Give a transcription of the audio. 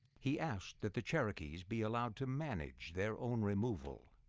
he asked that the cherokees be allowed to manage their own removal.